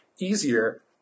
easier